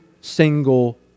single